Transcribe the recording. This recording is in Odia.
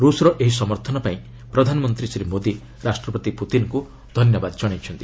ରୂଷ୍ର ଏହି ସମର୍ଥନ ପାଇଁ ପ୍ରଧାନମନ୍ତ୍ରୀ ଶ୍ରୀ ମୋଦି ରାଷ୍ଟ୍ରପତି ପୁତିନ୍ଙ୍କୁ ଧନ୍ୟବାଦ ଜଣାଇଛନ୍ତି